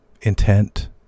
intent